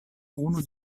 unu